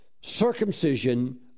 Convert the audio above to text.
circumcision